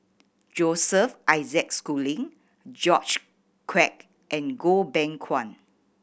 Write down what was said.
Joseph Isaac Schooling George Quek and Goh Beng Kwan